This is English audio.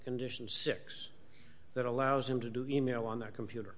conditions six that allows him to do email on the computer